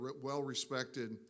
well-respected